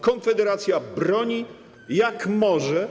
Konfederacja broni, jak może.